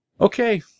Okay